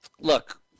Look